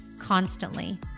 constantly